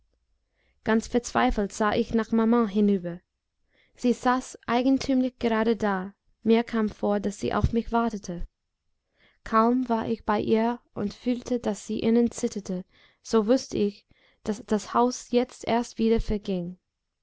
ganz verzweifelt sah ich nach maman hinüber sie saß eigentümlich gerade da mir kam vor daß sie auf mich wartete kaum war ich bei ihr und fühlte daß sie innen zitterte so wußte ich daß das haus jetzt erst wieder